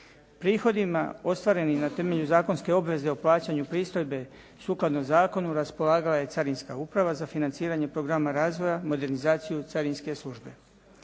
Prihodima ostvarenim na temelju zakonske obveze o plaćanju pristojbe sukladno zakonu raspolagala je carinska uprava za financiranje programa razvoja, modernizaciju carinske službe.